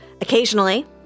Occasionally